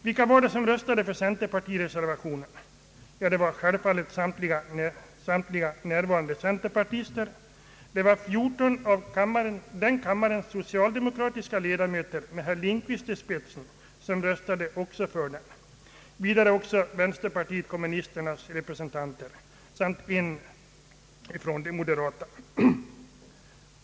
Vilka röstade = för centerpartireservationen? Självfallet samtliga närvarande centerpartister, 14 av andra kammarens so cialdemokratiska ledamöter med herr Lindkvist i spetsen, vidare även vänsterpartiet kommunisternas representanter samt en från de moderata.